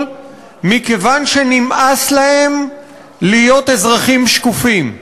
מכיוון שנמאס להם להיות אזרחים שקופים,